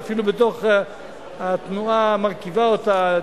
ואפילו בתוך התנועה המרכיבה אותה,